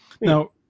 Now